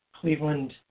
Cleveland